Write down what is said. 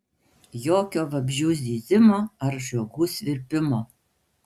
jokio vabzdžių zyzimo ar žiogų svirpimo